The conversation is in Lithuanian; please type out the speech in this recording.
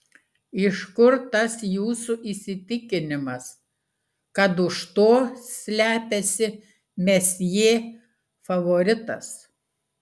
iš kur tas jūsų įsitikinimas kad už to slepiasi mesjė favoritas